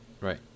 Right